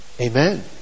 Amen